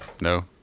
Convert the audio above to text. no